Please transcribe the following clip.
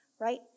Right